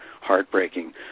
heartbreaking